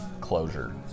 closure